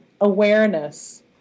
awareness